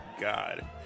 God